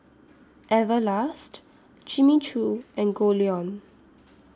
Everlast Jimmy Choo and Goldlion